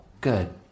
good